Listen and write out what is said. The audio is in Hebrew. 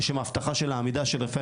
יש שם הבטחה של העמידה של רפאל,